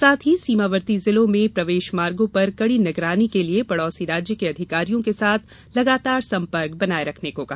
साथ ही सीमावर्ती जिलों में प्रवेश मार्गों पर कड़ी निगरानी के लिये पड़ोसी राज्य के अधिकारियों के साथ लगातार सम्पर्क बनाये रखने को कहा